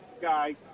guy